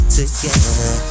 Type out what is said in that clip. together